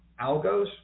algos